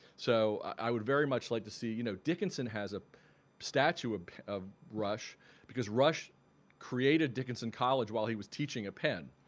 so i would very much like to see you know dickinson has a statue ah of rush because rush created dickinson college while he was teaching at penn.